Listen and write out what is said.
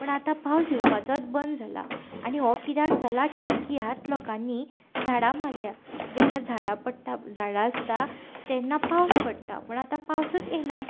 पूण आतां पावस येवपाचोच बंद जाला आनी हो कित्याक जाला कित्याक की आज लोकांनीं झाडां मारल्यांत जेन्ना झाडां पडटा झाडां आसता तेन्ना पावस आसता पूण आतां पावसूच येना